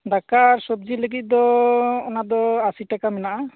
ᱫᱟᱠᱟ ᱟᱨ ᱥᱚᱵᱡᱤ ᱞᱟᱹᱜᱤᱫ ᱫᱚ ᱚᱱᱟ ᱫᱚ ᱟᱥᱤ ᱴᱟᱠᱟ ᱢᱮᱱᱟᱜᱼᱟ